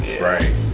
Right